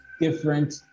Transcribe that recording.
different